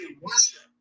worship